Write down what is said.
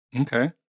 okay